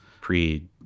pre